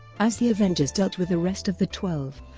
as the avengers dealt with the rest of the twelve,